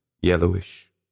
yellowish